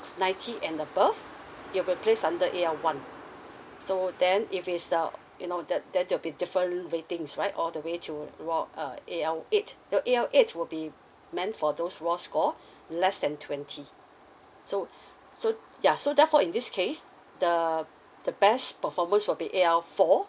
ninety and above he will be placed under A_L one so then if is the you know the there'll be different ratings right all the way to raw uh A_L eight well A_L eight will be meant for those raw score less than twenty so so ya so therefore in this case the the best performance will be A_L four